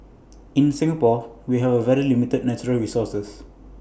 in Singapore we have very limited natural resources